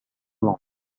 long